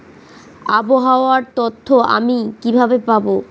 আবহাওয়ার তথ্য আমি কিভাবে পাবো?